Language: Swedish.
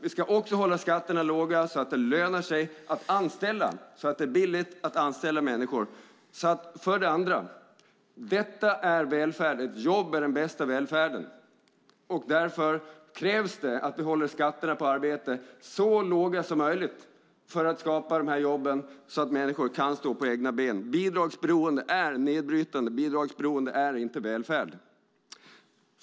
Vi ska också hålla skatterna låga, så att det lönar sig att anställa och så att det är billigt att anställa människor. Ett jobb är den bästa välfärden. Därför krävs det att vi håller skatterna på arbete så låga som möjligt för att skapa jobb så att människor kan stå på egna ben. Bidragsberoende är nedbrytande. Det är inte välfärd.